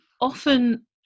often